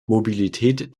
mobilität